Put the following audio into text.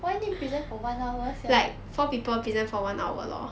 why need present for one hour sia